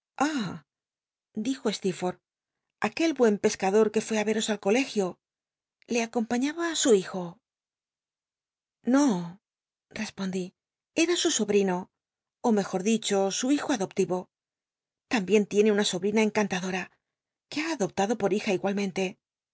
dijo st ecl forth aquel buen pescador que fué á reros ti colegio le acompañaba su hijo no respondi era su sobrino ó mejor dicho su hijo adopliyo l'ambien tiene una sobrina euc lntadora que ha adoptado por hija igualmente